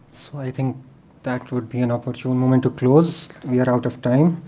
so i think that would be an opportune moment to close. we are out of time.